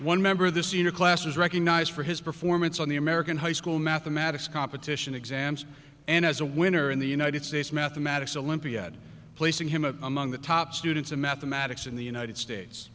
one member of the senior class was recognized for his performance on the american high school mathematics competition exams and has a winner in the united states mathematics olympiad placing him a among the top students of mathematics in the united states